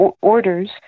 orders